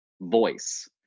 voice